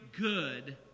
good